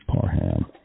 Parham